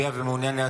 בעד עידן רול,